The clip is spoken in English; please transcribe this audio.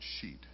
sheet